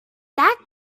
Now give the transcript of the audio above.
that